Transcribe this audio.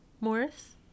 Morris